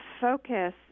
focus